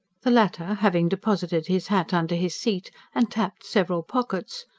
the latter, having deposited his hat under his seat and tapped several pockets,